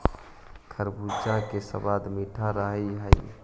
खरबूजा के सबाद मीठा रह हई